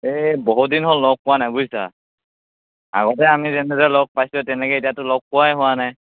এই বহুত দিন হ'ল লগ পোৱা নাই বুজিছা আগতে আমি যেনেদৰে লগ পাইছোঁ তেনেকে এতিয়াতো লগ পোৱাই হোৱা নাই